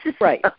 Right